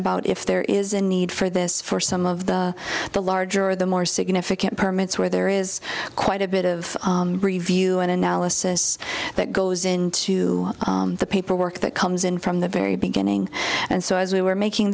about if there is a need for this for some of the the larger or the more significant permits where there is quite a bit of review and analysis that goes into the paperwork that comes in from the very beginning and so as we were making